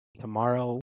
tomorrow